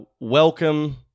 welcome